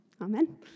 Amen